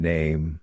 Name